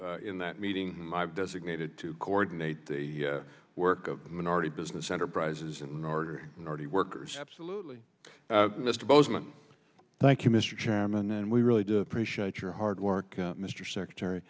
apology in that meeting designated to coordinate the work of minority business enterprises in order and already workers absolutely mr bozeman thank you mr chairman and we really do appreciate your hard work mr secretary